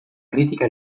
critica